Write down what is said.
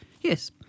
Yes